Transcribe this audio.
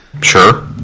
Sure